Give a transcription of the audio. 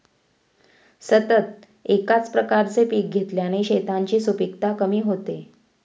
सतत एकाच प्रकारचे पीक घेतल्याने शेतांची सुपीकता कमी होते